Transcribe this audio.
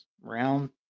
round